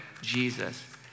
Jesus